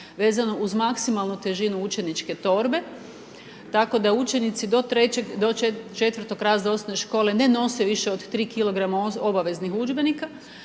vezano uz maksimalnu težini učeničke torbe, tako da učenici do 4 razreda osnovne škole, no nose više od 3kg obaveznih udžbenika,